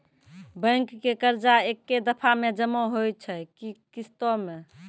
Bank के कर्जा ऐकै दफ़ा मे जमा होय छै कि किस्तो मे?